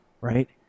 right